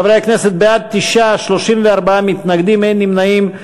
חברי הכנסת, בעד, 9, 34 מתנגדים, אין נמנעים.